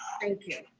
thank you.